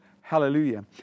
hallelujah